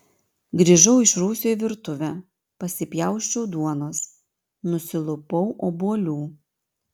grįžau iš rūsio į virtuvę pasipjausčiau duonos nusilupau obuolių